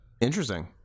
Interesting